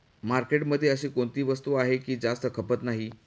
मार्केटमध्ये अशी कोणती वस्तू आहे की जास्त खपत नाही?